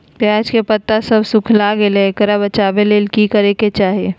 प्याज के पत्ता सब सुखना गेलै हैं, एकरा से बचाबे ले की करेके चाही?